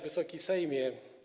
Wysoki Sejmie!